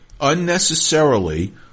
unnecessarily